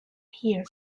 here